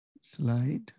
slide